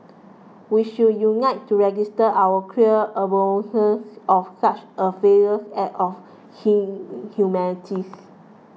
we should unite to register our clear abhorrence of such a faithless act of inhumanities